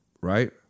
right